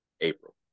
April